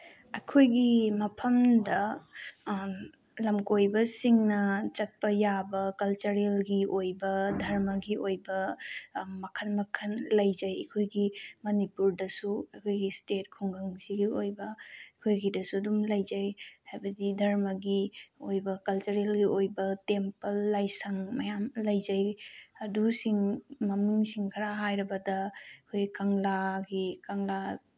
ꯑꯩꯈꯣꯏꯒꯤ ꯃꯐꯝꯗ ꯂꯝꯀꯣꯏꯕꯁꯤꯡꯅ ꯆꯠꯄ ꯌꯥꯕ ꯀꯜꯆꯔꯦꯜꯒꯤ ꯑꯣꯏꯕ ꯙꯔꯃꯒꯤ ꯑꯣꯏꯕ ꯃꯈꯟ ꯃꯈꯟ ꯂꯩꯖꯩ ꯑꯩꯈꯣꯏꯒꯤ ꯃꯅꯤꯄꯨꯔꯗꯁꯨ ꯑꯩꯈꯣꯏꯒꯤ ꯏꯁꯇꯦꯠ ꯈꯨꯡꯒꯪꯁꯤꯒꯤ ꯑꯣꯏꯕ ꯑꯩꯈꯣꯏꯒꯤꯗꯁꯨ ꯑꯗꯨꯝ ꯂꯩꯖꯩ ꯍꯥꯏꯕꯗꯤ ꯙꯔꯃꯒꯤ ꯑꯣꯏꯕ ꯀꯜꯆꯔꯦꯜꯒꯤ ꯑꯣꯏꯕ ꯇꯦꯝꯄꯜ ꯂꯥꯏꯁꯪ ꯃꯌꯥꯝ ꯂꯩꯖꯩ ꯑꯗꯨꯁꯤꯡ ꯃꯃꯤꯡꯁꯤꯡ ꯈꯔ ꯍꯥꯏꯔꯕꯗ ꯑꯩꯈꯣꯏ ꯀꯪꯂꯥꯒꯤ ꯀꯪꯂꯥ